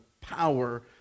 power